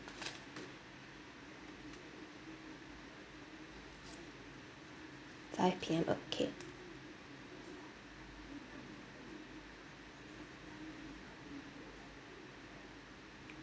five P_M okay